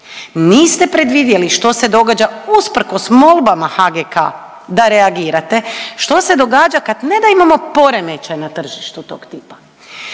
Niste predvidjeli što se događa usprkos molbama HGK da reagirate, što se događa kad, ne da imamo poremećaj na tržištu tog tipa